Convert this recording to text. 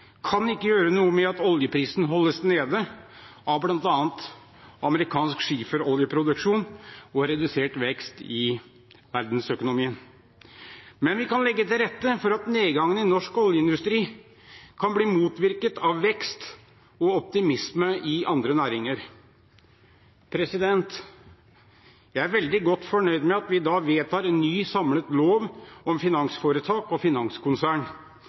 kan ikke gjøre noe med at oljeprisen holdes nede av bl.a. amerikansk skiferoljeproduksjon og redusert vekst i verdensøkonomien, men vi kan legge til rette for at nedgangen i norsk oljeindustri kan bli motvirket av vekst og optimisme i andre næringer. Jeg er veldig godt fornøyd med at vi i dag vedtar en ny samlet lov om finansforetak og finanskonsern,